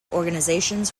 organizations